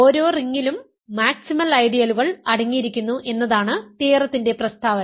ഓരോ റിംഗിലും മാക്സിമൽ ഐഡിയലുകൾ അടങ്ങിയിരിക്കുന്നു എന്നതാണ് തിയറത്തിന്റെ പ്രസ്താവന